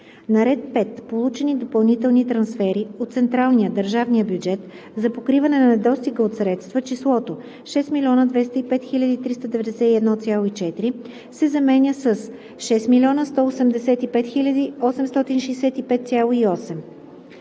на ред 5. „Получени допълнителни трансфери от централния/държавния бюджет за покриване на недостига от средства“ числото „6 205 391,4“ се заменя с „6 185 865,8“.